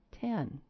ten